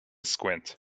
squint